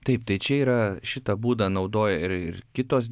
taip tai čia yra šitą būdą naudoja ir ir kitos